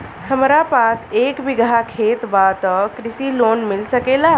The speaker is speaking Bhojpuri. हमरा पास एक बिगहा खेत बा त कृषि लोन मिल सकेला?